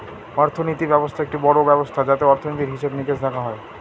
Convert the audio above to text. অর্থনীতি ব্যবস্থা একটি বড়ো ব্যবস্থা যাতে অর্থনীতির, হিসেবে নিকেশ দেখা হয়